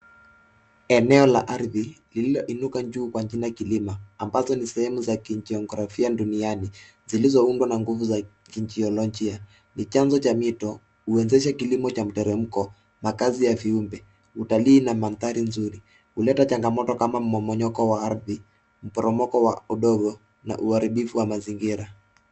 Eneo la ardhi lililoinuka juu kwa jina kilima. Ambazo ni sehemu za kijiografia duniani. Zilizoundwa na nguvu za kijiolojia. Ni chanzo cha mito, huwezesha kilimo cha mteremko, makazi ya viumbe, utalii na mandhari nzuri, huleta chagamoto kama mmonyoko wa ardhi, mporomoko wa udongo, na uharibifu wa mazingira.